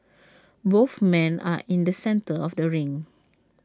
both men are in the centre of the ring